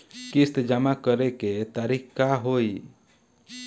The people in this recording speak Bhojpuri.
किस्त जमा करे के तारीख का होई?